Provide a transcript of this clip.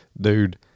Dude